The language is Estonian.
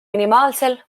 minimaalsel